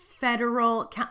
federal